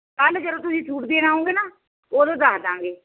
ਕੱਲ੍ਹ ਜਦੋਂ ਤੁਸੀਂ ਸੂਟ ਦੇਣ ਆਓਗੇ ਨਾ ਉਦੋਂ ਦੱਸ ਦੇਵਾਂਗੇ